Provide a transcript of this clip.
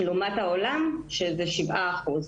לעומת זאת בעולם כולו זה 7 אחוז.